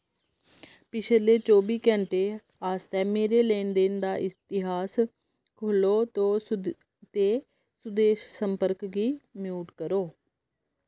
पिछले चौह्बी घैंटे आस्तै मेरे लैन देन दा इतिहास खोह्लो तो ते सुदेश संपर्क गी म्यूट करो